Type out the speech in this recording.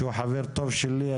שהוא חבר טוב שלי,